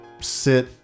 sit